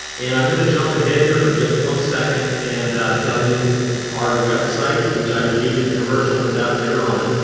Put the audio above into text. and i'm going to jump ahead here for just one second and tell you our website, which i will give you the commercial for that later on,